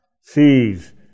sees